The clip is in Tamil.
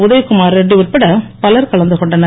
உதயகுமார் ரெட்டி உட்பட பலர் கலந்து கொண்டனர்